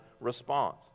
response